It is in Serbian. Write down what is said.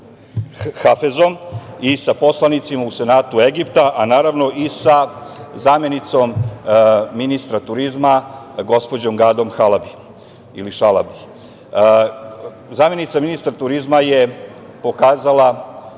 Hafezom i sa poslanicima u senatu Egipta, a naravno i sa zamenicom ministra turizma, gospođom Gadom Šalabi. Zamenica ministra turizma je pokazala